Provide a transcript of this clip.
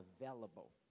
available